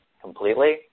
completely